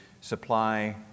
supply